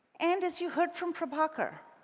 and as you heard from prabhakar